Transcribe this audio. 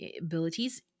abilities